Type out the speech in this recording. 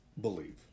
believe